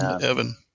Evan